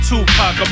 Tupac